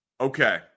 Okay